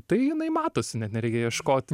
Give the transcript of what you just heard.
tai jinai matosi net nereikia ieškot